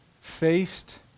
faced